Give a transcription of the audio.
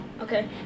Okay